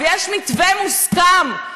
ויש מתווה מוסכם,